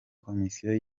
komisiyo